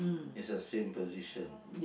is the same position